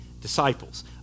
disciples